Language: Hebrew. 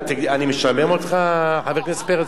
תסלח לי, אני משעמם אותך, חבר הכנסת פרץ?